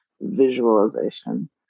visualization